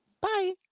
Bye